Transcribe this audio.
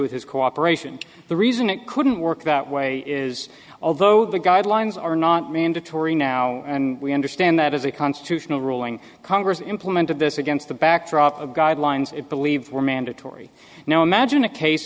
with his cooperation the reason it couldn't work that way is although the guidelines are not mandatory now and we understand that as a constitutional ruling congress implemented this against the backdrop of guidelines it believed were mandatory now imagine a case